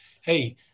Hey